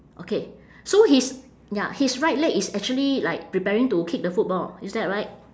okay so his ya his right leg is actually like preparing to kick the football is that right